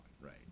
Right